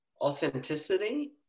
authenticity